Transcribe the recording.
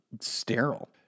sterile